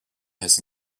has